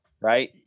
right